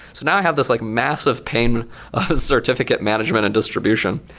so now i have this like massive pain of certificate management and distribution.